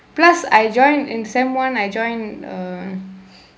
plus I joined in sem one I join uh